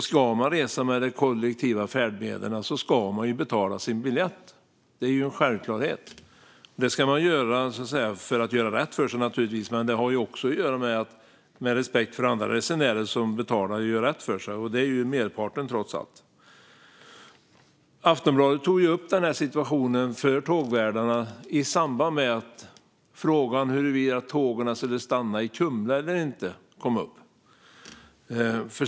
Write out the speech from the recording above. Ska man resa med de kollektiva färdmedlen ska man ju betala sin biljett; det är en självklarhet. Det ska man göra för att göra rätt för sig, naturligtvis, men det har också att göra med respekt för andra resenärer, som betalar. Det gör trots allt merparten. Aftonbladet tog upp situationen för tågvärdarna i samband med att frågan om tågen skulle stanna i Kumla eller inte kom upp.